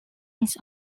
his